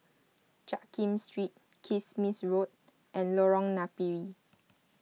Jiak Kim Street Kismis Road and Lorong Napiri